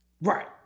Right